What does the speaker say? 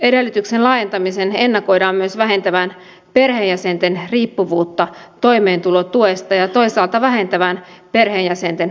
toimeentuloedellytyksen laajentamisen ennakoidaan myös vähentävän perheenjäsenten riippuvuutta toimeentulotuesta ja toisaalta vähentävän perheenjäsenten oleskelulupahakemuksia